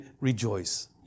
rejoice